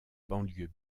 banlieue